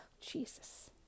Jesus